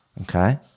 Okay